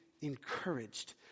encouraged